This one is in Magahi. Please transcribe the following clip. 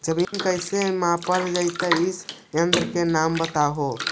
जमीन कैसे मापल जयतय इस यन्त्र के नाम बतयबु?